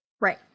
Right